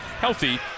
healthy